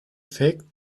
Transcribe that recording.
fact